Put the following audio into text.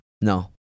No